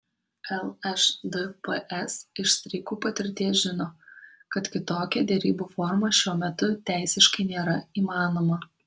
lšdps iš streikų patirties žino kad kitokia derybų forma šiuo metu teisiškai nėra įmanoma